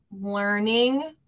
learning